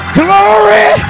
glory